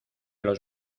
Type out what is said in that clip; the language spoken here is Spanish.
los